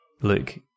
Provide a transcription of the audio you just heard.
Luke